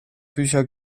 bücher